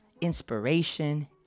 inspiration